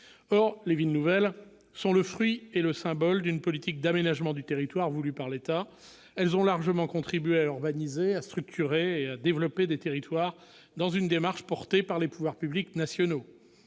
Or les villes nouvelles sont le fruit et le symbole d'une politique d'aménagement du territoire voulue par l'État. Elles ont largement contribué à urbaniser, à structurer et à développer des territoires, dans le cadre d'une démarche portée par les pouvoirs publics nationaux.